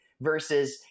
Versus